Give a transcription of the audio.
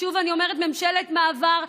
ושוב אני אומרת: ממשלת מעבר,